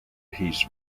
he’s